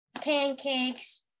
pancakes